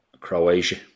Croatia